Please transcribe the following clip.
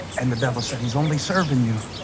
and the devil said he's only serving you